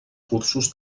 cursos